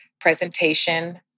presentation